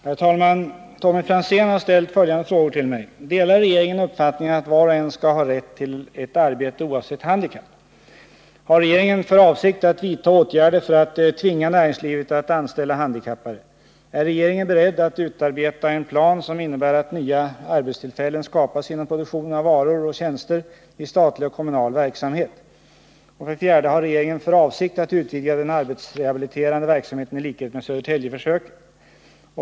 Herr talman! Tommy Franzén har ställt följande frågor till mig: 1. Delar regeringen uppfattningen att var och en skall ha rätt till ett arbete oavsett handikapp? 3. Är regeringen beredd att utarbeta en plan som innebär att nya arbetstillfällen skapas inom produktionen av varor och tjänster i statlig och kommunal verksamhet? 4. Har regeringen för avsikt att utvidga den arbetsrehabiliterande verksamheten i likhet med ”Södertäljeförsöket”?